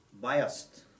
biased